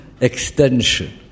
extension